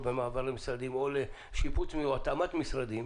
במעבר למשרדים או לשיפוץ והתאמת המשרדים,